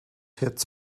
hits